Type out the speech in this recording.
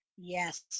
Yes